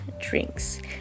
drinks